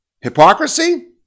Hypocrisy